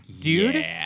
dude